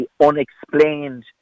unexplained